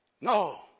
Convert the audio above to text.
No